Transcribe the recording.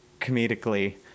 comedically